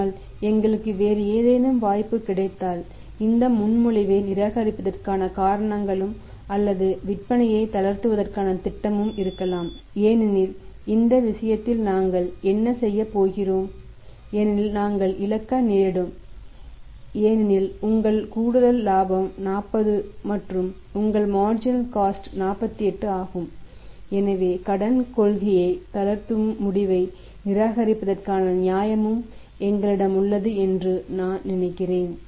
ஆனால் எங்களுக்கு வேறு ஏதேனும் வாய்ப்பு கிடைத்தால் இந்த முன்மொழிவை நிராகரிப்பதற்கான காரணங்களும் அல்லது விற்பனையைத் தளர்த்துவதற்கான திட்டமும் இருக்கலாம் ஏனெனில் அந்த விஷயத்தில் நாங்கள் என்ன செய்யப் போகிறோம் ஏனெனில் நாங்கள் இழக்க நேரிடும் ஏனெனில் உங்கள் கூடுதல் லாபம் 40 மற்றும் உங்கள் மார்ஜினல் காஸ்ட் 48 ஆகும் எனவே கடன் கொள்கையை தளர்த்தும் முடிவை நிராகரிப்பதற்கான நியாயமும் எங்களிடம் உள்ளது என்று நான் நினைக்கிறேன்